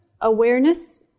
awareness